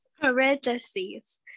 Parentheses